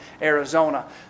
Arizona